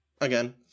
again